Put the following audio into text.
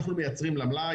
אנחנו מייצרים למלאי,